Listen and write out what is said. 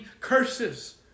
curses